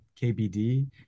KBD